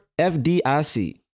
FDIC